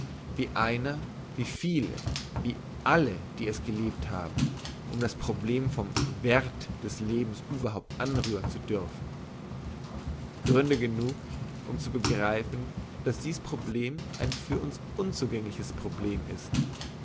wie einer wie viele wie alle die es gelebt haben um das problem vom werth des lebens überhaupt anrühren zu dürfen gründe genug um zu begreifen dass das problem ein für uns unzugängliches problem ist